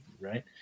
right